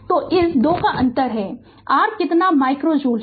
तो इस 2 का अंतर है r कितना 800 माइक्रो जूल है